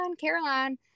caroline